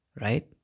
right